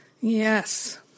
Yes